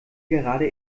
gerade